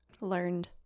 Learned